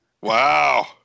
Wow